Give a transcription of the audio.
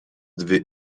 dvi